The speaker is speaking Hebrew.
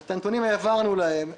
את הנתונים העברנו להם.